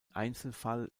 einzelfall